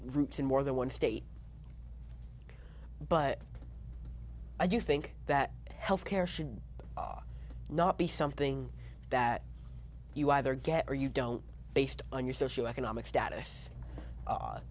roots in more than one state but i do think that health care should not be something that you either get or you don't based on your socioeconomic